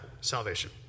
salvation